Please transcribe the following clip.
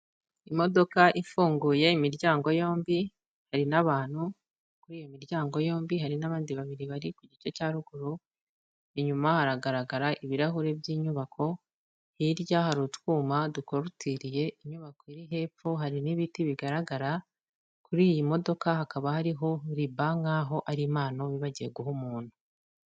Imodoka ifunguye imiryango yombi hari n'abantu. Kuri iyo miryango yombi hari n'abandi babiri bari ku gice cya ruguru. Inyuma haragaragara ibirahure by'inyubako. Hirya hari utwuma dukorotiriye inyubako iri hepfo, hari n'ibiti bigaragara. Kuri iyi modoka hakaba hariho riba nk'aho ari impano bagiye guha umuntu.